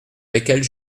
lesquels